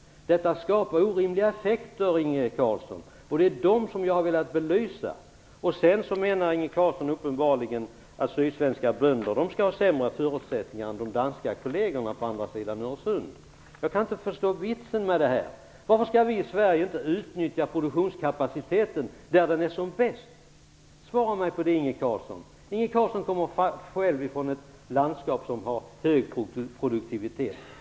Detta skapar orimliga effekter, Inge Carlsson. Det är dem som jag har velat belysa. Sedan menar Inge Carlsson uppenbarligen att sydsvenska bönder skall ha sämre förutsättningar än de danska kollegerna på andra sidan Öresund. Jag kan inte förstå vitsen med detta. Varför skall inte vi i Sverige utnyttja produktionskapaciteten där den är som bäst? Svara mig på det, Inge Carlsson! Inge Carlsson kommer själv ifrån ett landskap som har hög produktivitet.